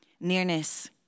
nearness